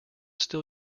still